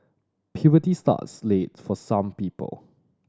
puberty starts late for some people